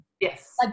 Yes